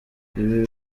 ibi